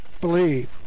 believe